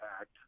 Act